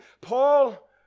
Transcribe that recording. Paul